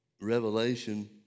revelation